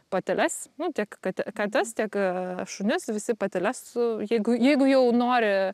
pateles nu tiek kad kates tiek šunis visi pateles jeigu jeigu jau nori